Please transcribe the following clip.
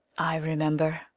i remember.